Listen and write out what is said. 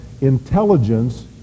intelligence